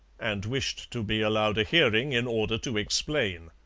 and wished to be allowed a hearing in order to explain.